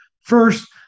First